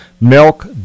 milk